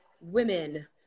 women